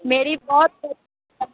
میری بہت